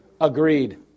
agreed